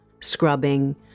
Scrubbing